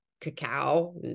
cacao